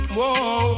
Whoa